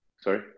Sorry